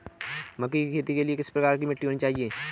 मक्के की खेती के लिए किस प्रकार की मिट्टी होनी चाहिए?